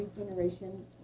Regeneration